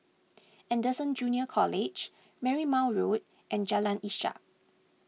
Anderson Junior College Marymount Road and Jalan Ishak